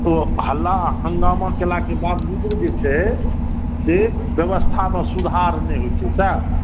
ओ हल्ला हन्गामा केलाके वावजुदो जे छै से व्यवस्थामे सुधार नहि होइ छै सएह